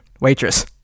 waitress